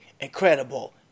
incredible